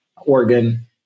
Oregon